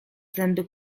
zęby